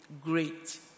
great